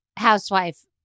housewife